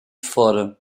fora